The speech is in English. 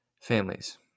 families